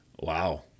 Wow